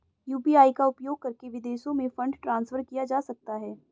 UPI का उपयोग करके विदेशों में फंड ट्रांसफर किया जा सकता है?